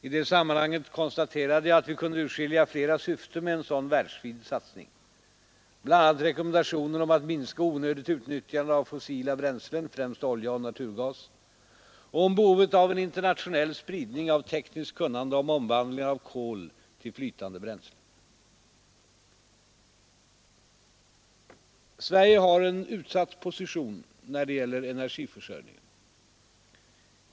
I det sammanhanget konstaterade jag att vi kunde urskilja flera syften med en sådan världsvid satsning, bl.a. rekommendationer om att minska onödigt utnyttjande av fossila bränslen, främst olja och naturgas, och om behovet av en internationell spridning av tekniskt kunnande om omvandlingen av kol till flytande bränsle. Sverige har en utsatt position när det gäller energiförsörjningen.